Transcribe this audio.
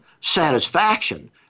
satisfaction